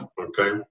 okay